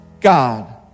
God